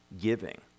giving